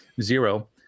zero